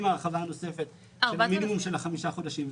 עם ההרחבה הנוספת של מינימום של חמישה חודשים.